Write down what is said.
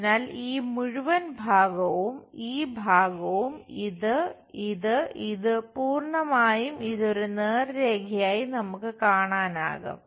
അതിനാൽ ഈ മുഴുവൻ ഭാഗവും ഈ ഭാഗം ഇത് ഇത് ഇത് പൂർണ്ണമായും ഇത് ഒരു നേർരേഖയായി നമുക്ക് കാണാനാകും